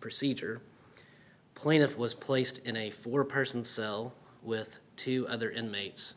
procedure plaintiff was placed in a four person cell with two other inmates